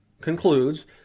concludes